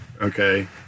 Okay